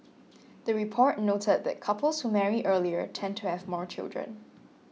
the report noted that couples who marry earlier tend to have more children